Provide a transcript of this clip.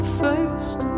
first